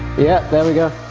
yeah, there we go!